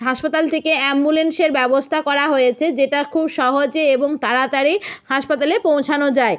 হাসপাতাল থেকে অ্যাম্বুল্যান্সের ব্যবস্থা করা হয়েছে যেটা খুব সহজে এবং তাড়াতাড়ি হাসপাতালে পৌঁছানো যায়